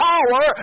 power